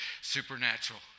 supernatural